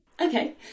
Okay